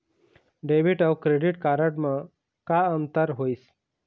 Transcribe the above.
Debit अऊ credit card म का अंतर होइस?